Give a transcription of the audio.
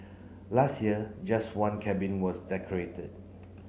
last year just one cabin was decorated